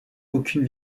aucune